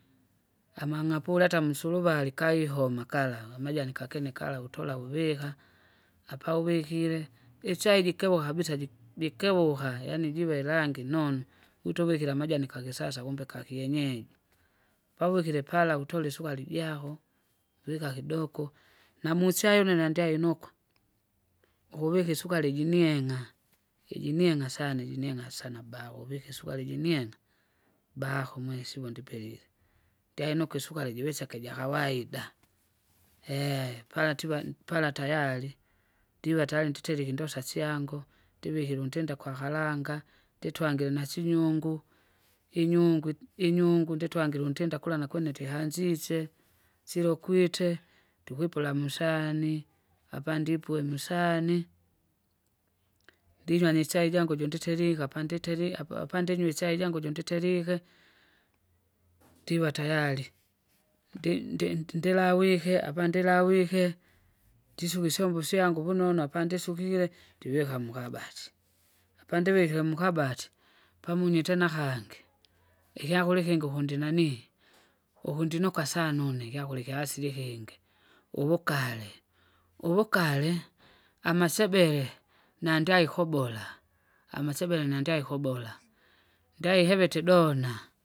Amang'apoli ata musuluvali kaihoma kala amajani kakene kala utola uvika, apauvikile, ichai jikiwa kabisa jik- jikivuka yaani jive rangi nonu wito uvikile kakisasa kumbe kakienyeji, pauvikile pala utole isukali jako, uvika kidoko, namusyai une nendyai inoko, ukuvika isukari jinieng'a, ijinieng'a sana ijinieng'a sana bauvika isukari jinieng'a, bahu umwesi ughu ndipelile. Nyainuka isukari jiwisike jakawaida, eehe! pala tiva- m- pala tayari, ndiva tayari ntiterike indosa syango, ndivikile untenda kwa karanga, nditwangire nasinyungu, inyungu ind- inyungu nditwangire untinda kula nakwene tihanzize, silokwite, ndikwipula musahani, apandipue musahani. Ndinywa nichai jangu jonditeringa apanditeri apa- apandinywe ichai jangu jonditerike, ndiwa tayari, ndi- ndi- ndilawike apandilawike, ndisuka isyombo fyangu vunonu apandisukile, ndivika mukabati, apandivikile mukabati, pamunyi tena kangi, ikyakura ikingi ukundinani, ukundinuka sana une ikyakura ikya asili ikingi; uvukare, uvukare, amasebele, nandyaikobola, amasebele nandyaikobola, ndaihabete dona.